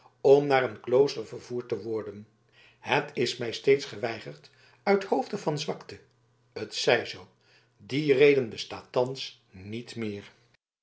om naar een klooster vervoerd te worden het is mij steeds geweigerd uithoofde van zwakte het zij zoo die reden bestaat thans niet meer